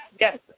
Yes